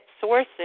sources